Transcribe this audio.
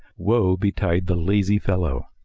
woe betide the lazy fellow!